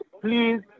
please